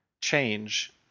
change